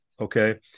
Okay